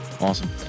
Awesome